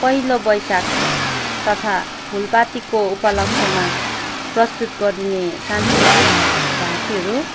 पहिलो बैशाख तथा फुलपातीको उपलक्ष्यमा प्रस्तुत गरिने सांस्कृतिक झाँकीहरू